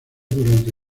durante